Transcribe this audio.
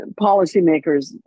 policymakers